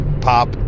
pop